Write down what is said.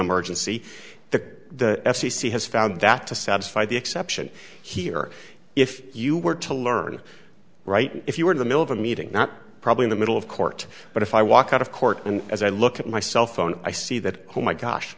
emergency the f c c has found that to satisfy the exception here if you were to learn right if you were in the middle of a meeting not probably in the middle of court but if i walk out of court and as i look at my cell phone i see that oh my gosh